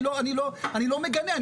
אני לא מגנה.